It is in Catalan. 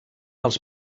els